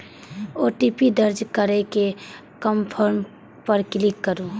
OTP दर्ज करै के कंफर्म पर क्लिक करू